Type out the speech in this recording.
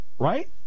Right